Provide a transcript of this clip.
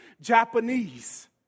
Japanese